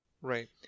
right